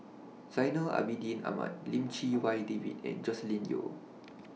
Zainal Abidin Ahmad Lim Chee Wai David and Joscelin Yeo